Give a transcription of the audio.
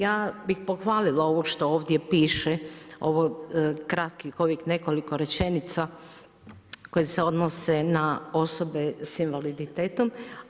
Ja bih pohvalila ovo što ovdje piše, ovih kratkih nekoliko rečenica koje se odnose na osobe sa invaliditetom.